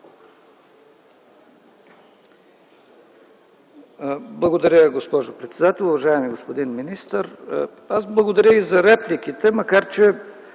Благодаря Ви, госпожо председател. Уважаеми господин министър! Аз благодаря и за репликите, макар че